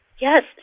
Yes